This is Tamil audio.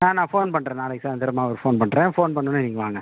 ஆ நான் ஃபோன் பண்ணுறேன் நாளைக்கு சாயந்தரமா ஒரு ஃபோன் பண்ணுறேன் ஃபோன் பண்ணோடன நீங்கள் வாங்க